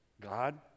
God